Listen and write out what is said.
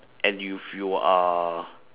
and you if you are